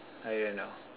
how you know